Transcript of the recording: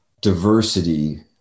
diversity